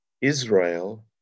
Israel